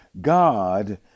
God